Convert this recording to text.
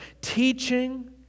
teaching